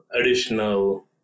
additional